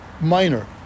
minor